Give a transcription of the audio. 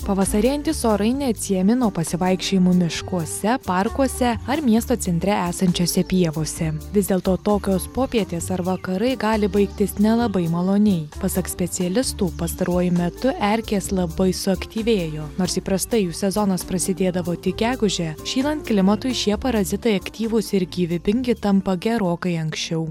pavasarėjantys orai neatsiejami nuo pasivaikščiojimų miškuose parkuose ar miesto centre esančiose pievose vis dėlto tokios popietės ar vakarai gali baigtis nelabai maloniai pasak specialistų pastaruoju metu erkės labai suaktyvėjo nors įprastai jų sezonas prasidėdavo tik gegužę šylan klimatui šie parazitai aktyvūs ir gyvybingi tampa gerokai anksčiau